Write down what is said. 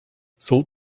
salt